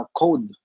code